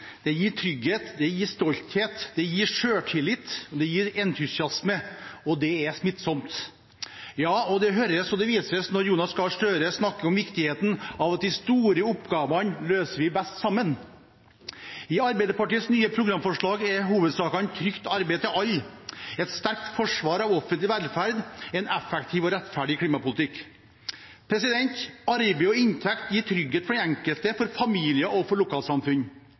smittsomt. Ja, det høres og vises når Jonas Gahr Støre snakker om viktigheten av at de store oppgavene løser vi best sammen. I Arbeiderpartiets nye programforslag er hovedsakene trygt arbeid til alle, et sterkt forsvar av offentlig velferd og en effektiv og rettferdig klimapolitikk. Arbeid og inntekt gir trygghet for den enkelte, for familier og for lokalsamfunn.